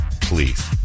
Please